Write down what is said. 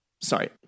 Sorry